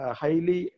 highly